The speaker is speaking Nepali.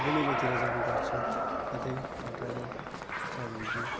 बोलेरोतिर जाने गर्छौँ कतै टाढ्टाढो छ भने चाहिँ